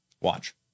Watch